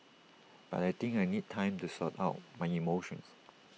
but I think I need time to sort out my emotions